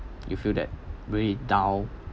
you feel that really down